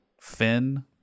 Finn